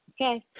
Okay